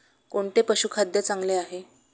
कोणते पशुखाद्य चांगले आहे?